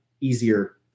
easier